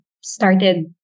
started